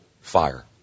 fire